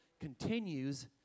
continues